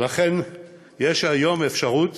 ולכן יש היום אפשרות